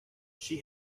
she